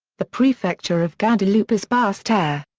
the prefecture of guadeloupe is basse-terre.